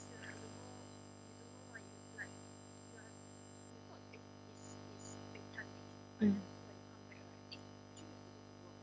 mm